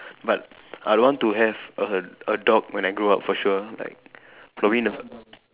but I want to have a a dog when I grow up for sure like probably in the